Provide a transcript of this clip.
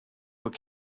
were